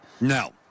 No